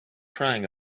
crying